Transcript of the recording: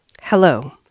Hello